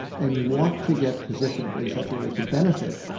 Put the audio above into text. and you want to get positioned in such a way as to benefit.